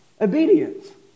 obedience